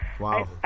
Wow